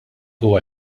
huwa